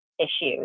issues